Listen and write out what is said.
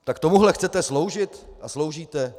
Tak tomuhle chcete sloužit a sloužíte?